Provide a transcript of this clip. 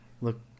look